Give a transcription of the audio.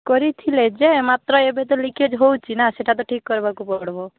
କରିଥିଲେ ଯେ ମାତ୍ର ଏବେ ତ ଲିକେଜ୍ ହେଉଛି ନାଁ ସେଇଟା ତ ଠିକ୍ କରିବାକୁ ପଡ଼ବ